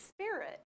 Spirit